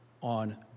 on